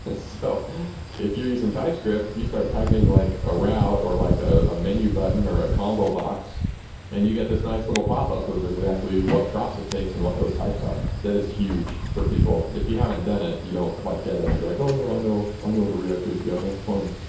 ah so if you use in typescript, you start typing like a route or like ah a menu button or a combo box and you get this nice little pop-up of exactly what props it takes and what those types are. that is huge for people. if you haven't done it, you don't quite get it. you're like, oh, no. i know ah know the react api. i'm fine.